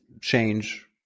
change